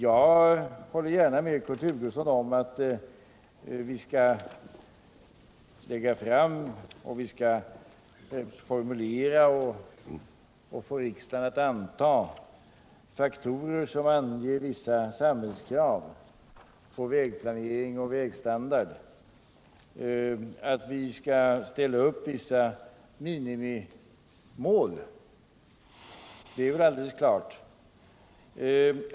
Jag håller gärna med Kurt Hugosson om att vi skall formulera, lägga fram och få riksdagen att anta vissa samhällskrav på vägplanering och vägstandard. Att vi skall ställa upp vissa minimimål är väl alldeles klart.